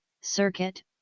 circuit